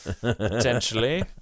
Potentially